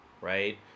right